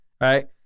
right